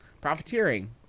profiteering